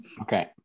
Okay